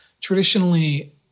Traditionally